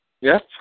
Yes